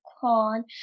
corn